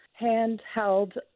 handheld